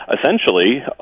essentially